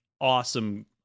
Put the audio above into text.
awesome